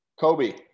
Kobe